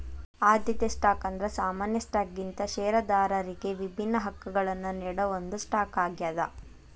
ಆದ್ಯತೆ ಸ್ಟಾಕ್ ಅಂದ್ರ ಸಾಮಾನ್ಯ ಸ್ಟಾಕ್ಗಿಂತ ಷೇರದಾರರಿಗಿ ವಿಭಿನ್ನ ಹಕ್ಕಗಳನ್ನ ನೇಡೋ ಒಂದ್ ಸ್ಟಾಕ್ ಆಗ್ಯಾದ